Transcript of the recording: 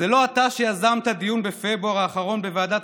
זה לא אתה שיזמת דיון בפברואר האחרון בוועדת